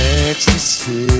ecstasy